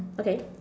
okay